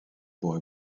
boy